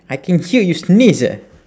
I can hear you sneeze eh